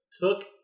took